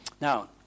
Now